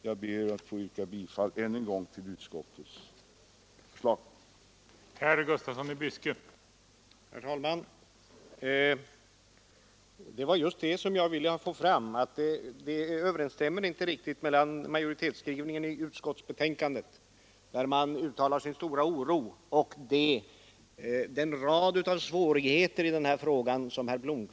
Jag ber än en gång att få yrka bifall till utskottets förslag.